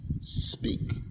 Speak